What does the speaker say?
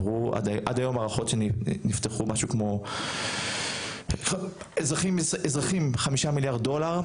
עד היום הערכות שנפתחו משהו כמו אזרחים 5 מיליארד דולר,